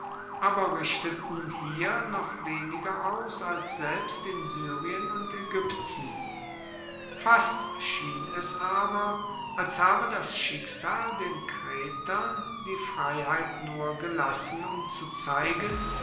aber richteten hier noch weniger aus als selbst in syrien und ägypten fast schien es aber als habe das schicksal den kretern die freiheit nur gelassen um zu zeigen